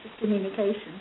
communication